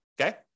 Okay